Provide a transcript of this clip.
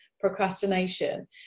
procrastination